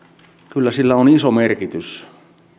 kyllä sillä on iso merkitys